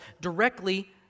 directly